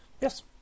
Yes